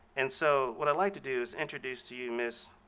and so what i'd like to do is introduce to you ms.